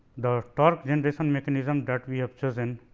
the torque generation mechanism that we have chosen